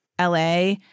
LA